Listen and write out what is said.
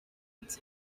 its